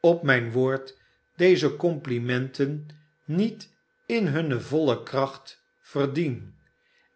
op mijn woord deze complimenten met in hunne voile kracht verdien